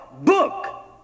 book